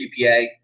GPA